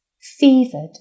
fevered